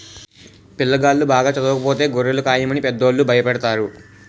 పిల్లాగాళ్ళు బాగా చదవకపోతే గొర్రెలు కాయమని పెద్దోళ్ళు భయపెడతారు